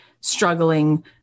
struggling